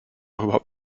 überhaupt